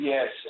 Yes